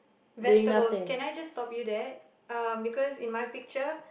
vegetables can I just stop you there um because in my picture